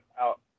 out